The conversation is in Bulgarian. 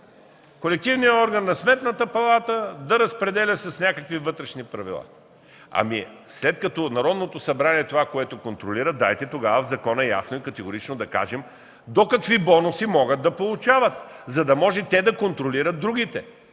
колективният орган на Сметната палата да разпределя с някакви вътрешни правила. След като това го контролира Народното събрание, дайте тогава в закона ясно и категорично да кажем до какви бонуси могат да получават, за да могат да контролират другите.